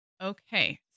Okay